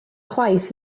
chwaith